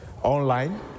Online